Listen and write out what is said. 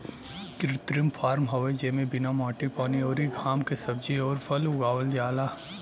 कृत्रिम फॉर्म हवे जेमे बिना माटी पानी अउरी घाम के सब्जी अउर फल उगावल जाला